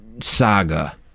saga